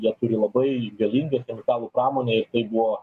jie turi labai galingą chemikalų pramonę ir tai buvo